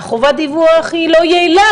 חובת הדיווח היא לא יעילה,